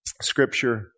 scripture